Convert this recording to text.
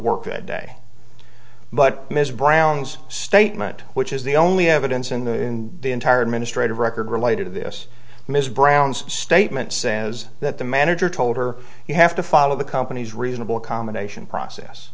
work that day but ms brown's statement which is the only evidence in the entire administrative record related to this ms brown's statement says that the manager told her you have to follow the company's reasonable accommodation process